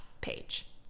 page